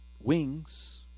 wings